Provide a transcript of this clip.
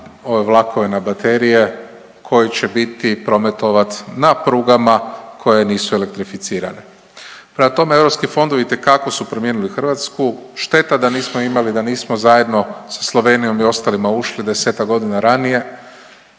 ove vlakove na baterije koji će biti, prometovati na prugama koje nisu elektrificirane. Prema tome, EU fondovi itekako su promijenili Hrvatsku, šteta da nismo imali, da nismo zajedno sa Slovenijom i ostalim ušli 10-ak godina ranije,